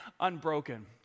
unbroken